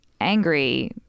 angry